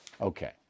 Okay